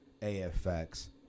AFX